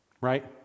Right